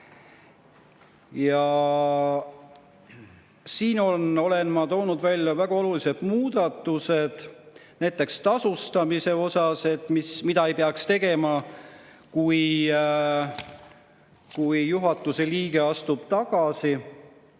Siin olen ma toonud välja väga olulised muudatused, näiteks tasustamise osas, mida ei peaks tegema, kui juhatuse liige astub tagasi